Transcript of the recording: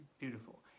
beautiful